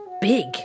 big